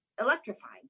electrifying